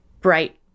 bright